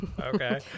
Okay